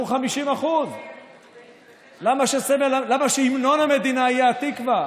אנחנו 50%. למה שהמנון המדינה יהיה התקווה?